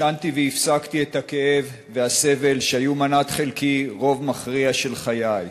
ישנתי והפסקתי את הכאב והסבל שהיו מנת חלקי רוב מכריע של חיי",